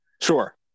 Sure